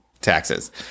taxes